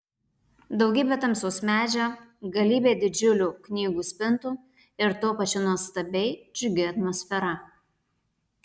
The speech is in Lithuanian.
daugybė tamsaus medžio galybė didžiulių knygų spintų ir tuo pačiu nuostabiai džiugi atmosfera